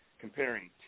comparing